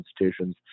institutions